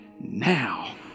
now